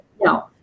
No